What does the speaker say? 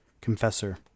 Confessor